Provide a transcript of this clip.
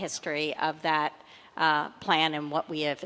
history of that plan and what we have